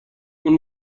اون